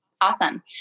Awesome